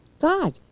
God